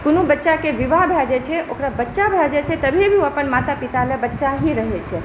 कोनो बच्चाके विवाह भए जाइ छै ओकरा बच्चा भए जाइ छै तऽ तभी भी ओ अपन माता पिता लए बच्चा ही रहै छै